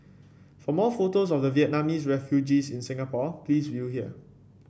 for more photos of the Vietnamese refugees in Singapore please view here